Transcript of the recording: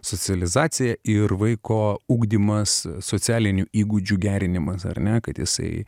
socializacija ir vaiko ugdymas socialinių įgūdžių gerinimas ar ne kad jisai